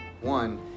One